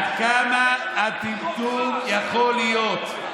עד כמה הטמטום יכול להיות.